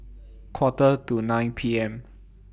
Quarter to nine P M